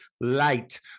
light